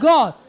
God